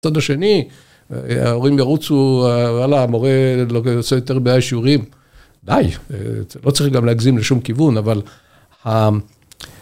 בצד השני, ההורים ירוצו, וואלה, המורה עושה יותר מדי שיעורים, די, לא צריך גם להגזים לשום כיוון, אבל...